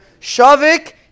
Shavik